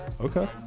Okay